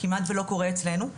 כמעט ולא קורה אצלנו.